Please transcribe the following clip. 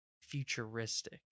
futuristic